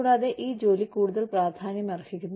കൂടാതെ ഈ ജോലി കൂടുതൽ പ്രാധാന്യമർഹിക്കുന്നു